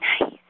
Nice